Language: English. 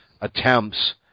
attempts